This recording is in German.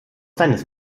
seines